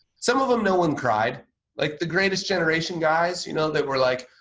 some of them no one cried like the greatest generation guys you know that were like,